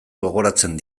gogoratzen